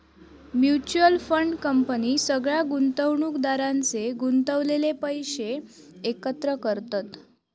mutual fund company सगळ्या गुंतवणुकदारांचे गुंतवलेले पैशे एकत्र करतत